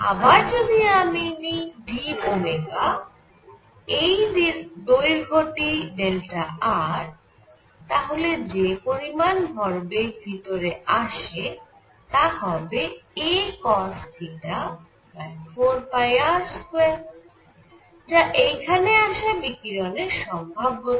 আবার যদি আমি নিই d এই দৈর্ঘ্যটি r তাহলে যে পরিমাণ ভরবেগ ভিতরে আসে তা হবে acosθ4π r2 যা এইখানে আসা বিকিরণের সম্ভাব্যতা